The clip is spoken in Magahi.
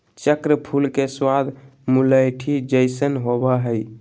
चक्र फूल के स्वाद मुलैठी जइसन होबा हइ